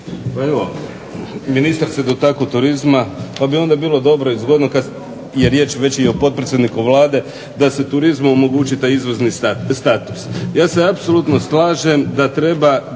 ministar se dotakao turizma, pa bi onda bilo dobro i zgodno kad je riječ već i o potpredsjedniku Vlade da se turizmu omogući taj izvozni status. Ja se apsolutno slažem da treba